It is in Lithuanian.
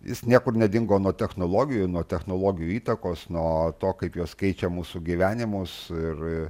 jis niekur nedingo nuo technologijų nuo technologijų įtakos nuo to kaip jos keičia mūsų gyvenimus ir